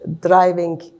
driving